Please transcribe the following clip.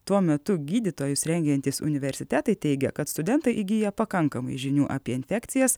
tuo metu gydytojus rengiantys universitetai teigia kad studentai įgyja pakankamai žinių apie infekcijas